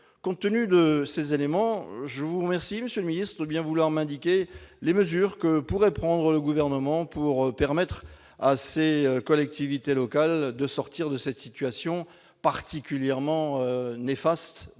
compte tenu de ces éléments, je vous remercie de bien vouloir m'indiquer les mesures que pourrait prendre le Gouvernement pour permettre à ces collectivités territoriales de sortir d'une situation particulièrement néfaste